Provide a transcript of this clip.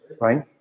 right